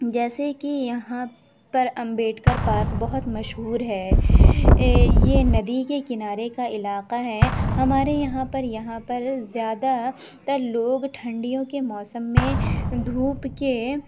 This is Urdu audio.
جیسے کہ یہاں پر امبیڈکر پارک بہت مشہور ہے یہ ندی کے کنارے کا علاقہ ہے ہمارے یہاں پر یہاں پر زیادہ تر لوگ ٹھنڈیوں کے موسم میں دھوپ کے